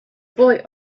boy